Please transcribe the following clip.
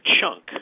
chunk